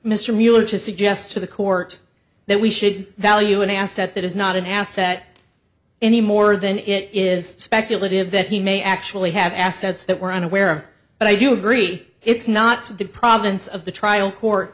mr mueller to suggest to the court that we should value an asset that is not an asset any more than it is speculative that he may actually have assets that we're unaware but i do agree it's not the province of the trial court